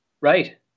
Right